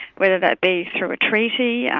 whether that be through a treaty, yeah